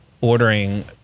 ordering